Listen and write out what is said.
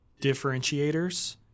differentiators